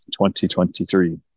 2023